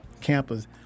campus